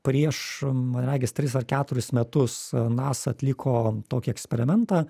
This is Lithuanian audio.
prieš man regis tris ar keturis metus nasa atliko tokį eksperimentą